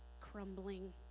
crumbling